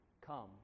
come